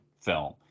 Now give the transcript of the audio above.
film